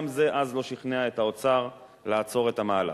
גם זה לא שכנע אז את האוצר לעצור את המהלך.